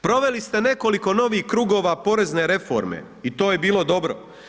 Proveli ste nekoliko novih krugova porezne reforme i to je bilo dobro.